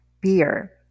beer